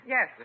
Yes